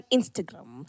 Instagram